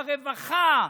ברווחה,